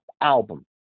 album